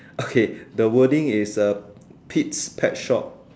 okay the wording is uh Pete's pet shop